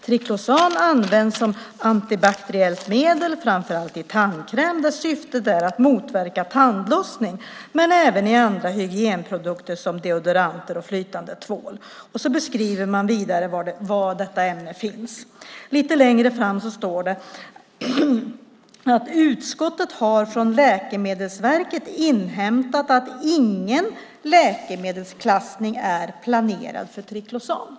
Triklosan används som antibakteriellt medel framför allt i tandkräm, där syftet är att motverka tandlossning, men även i andra hygienprodukter som deodoranter och flytande tvål." Sedan fortsätter man att beskriva var detta ämne finns. Lite längre fram i betänkandet står att "utskottet har från Läkemedelsverket inhämtat att ingen läkemedelsklassning är planerad för triklosan".